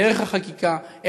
דרך החקיקה,